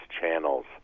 channels